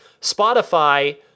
Spotify